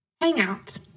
Hangout